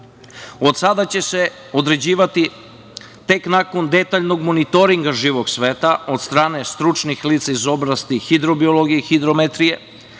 sada će se određivati tek nakon detaljnog monitoringa živog sveta od strane stručnih lica iz oblasti hidrobiologije, hidrometrije.